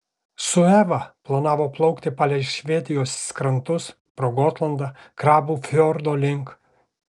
su eva planavo plaukti palei švedijos krantus pro gotlandą krabų fjordo link